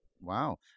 Wow